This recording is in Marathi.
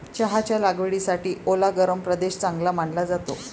चहाच्या लागवडीसाठी ओला गरम प्रदेश चांगला मानला जातो